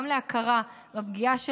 גם להכרה בפגיעה שלהם,